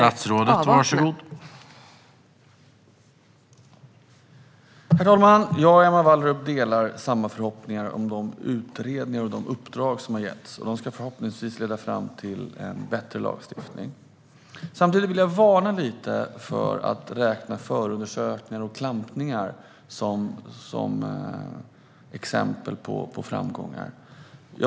Herr talman! Jag och Emma Wallrup delar förhoppningarna om utredningarna och de uppdrag som har getts. De ska förhoppningsvis leda fram till en bättre lagstiftning. Samtidigt vill jag varna lite för att ta förundersökningar och klampningar som exempel på framgångar.